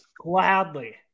gladly